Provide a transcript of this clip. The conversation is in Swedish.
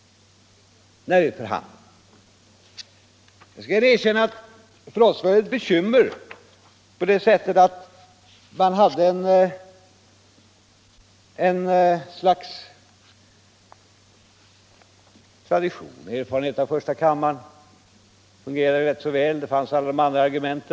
Jag kan också erkänna att detta var ett bekymmer för oss, eftersom det var tradition att ha en första kammare, som erfarenhetsmässigt hade fungerat ganska väl. Det fanns också många andra argument.